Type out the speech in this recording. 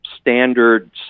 standard